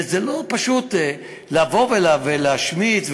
וזה לא פשוט לבוא ולהשמיץ,